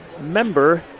member